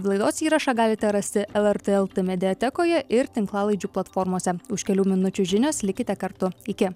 laidos įrašą galite rasti lrt el t mediatekoje ir tinklalaidžių platformose už kelių minučių žinios likite kartu iki